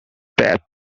path